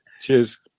Cheers